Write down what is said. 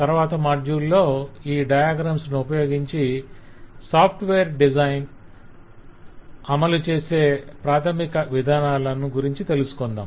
తరవాత మాడ్యూల్ లో ఈ డయాగ్రమ్స్ ను ఉపయోగించి సాఫ్ట్వేర్ డిజైన్ అమలుచేసే ప్రాధమిక విధానాల గురించి తెలుసుకొందాం